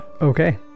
Okay